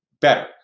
better